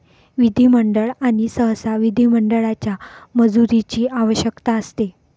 विधिमंडळ आणि सहसा विधिमंडळाच्या मंजुरीची आवश्यकता असते